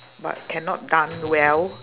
but cannot dance well